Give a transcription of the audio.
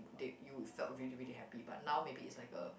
date you without really really happy but now maybe is like a